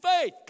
faith